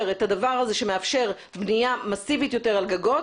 את הדבר הזה שמאפשר בנייה מסיבית יותר על גגות,